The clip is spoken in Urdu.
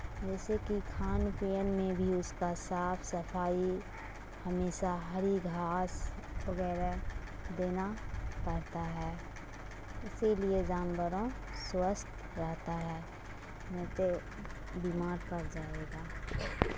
جیسے کہ کھان پین میں بھی اس کا صاف صفائی ہمیشہ ہری گھاس وغیرہ دینا پڑتا ہے اسی لیے جانوروں سوستھ رہتا ہے نہیں تو بیمار پڑ جائے گا